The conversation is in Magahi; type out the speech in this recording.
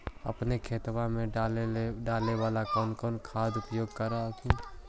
अपने के खेतबा मे डाले बाला कौन कौन खाद के उपयोग कर हखिन?